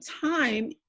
time